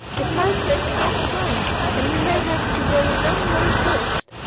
it may take a long time and you may have to go a long way first,